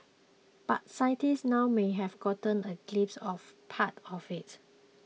but scientists now may have gotten a glimpse of part of it